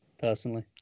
personally